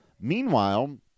meanwhile